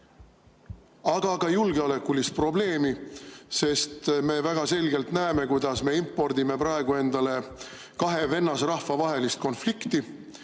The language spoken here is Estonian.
aga ka julgeolekulist probleemi, sest me näeme väga selgelt, kuidas me impordime praegu endale kahe vennasrahva vahelist konflikti,